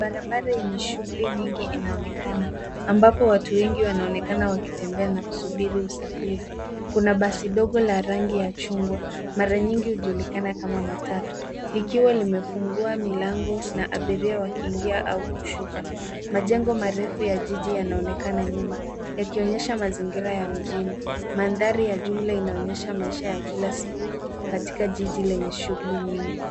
Barabara yenye shughuli nyingi inaonekana ambapo watu wengi wanaonekana wakitembea na kusubiri usafiri. Kuna basi dogo la rangi ya chungwa mara nyingi hujulikana kama matatu likiwa limefungua milango na abiria wakiingia au kushuka. Majengo marefu ya jiji yanaonekana nyuma yakionyesha mazingira ya mjini. Mandhari ya jumla inaonyesha maisha ya kila siku katika jiji lenye shughuli nyingi.